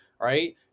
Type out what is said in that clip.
Right